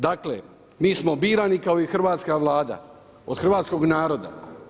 Dakle, mi smo birani kao i hrvatska Vlada od hrvatskog naroda.